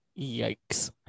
Yikes